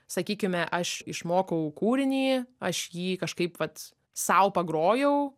sakykime aš išmokau kūrinį aš jį kažkaip vat sau pagrojau